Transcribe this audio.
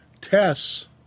tests